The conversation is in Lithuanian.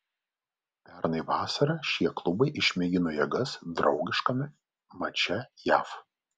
pernai vasarą šie klubai išmėgino jėgas draugiškame mače jav